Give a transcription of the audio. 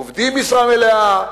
עובדים משרה מלאה,